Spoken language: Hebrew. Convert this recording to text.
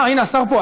הנה, השר פה.